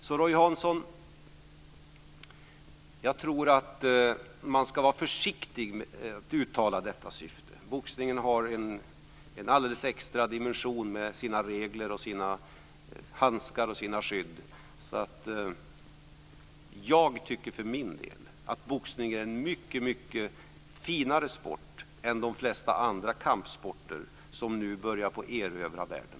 Jag tror, Roy Hansson, att man ska vara försiktig med att uttala detta syfte. Boxningen har en alldeles extra dimension med sina regler, handskar och skydd. Jag tycker för min del att boxningen är en mycket finare sport än de flesta andra kampsporter som nu börjar erövra världen.